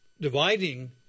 dividing